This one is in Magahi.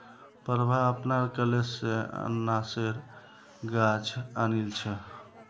प्रभा अपनार कॉलेज स अनन्नासेर गाछ आनिल छ